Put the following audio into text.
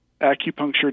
acupuncture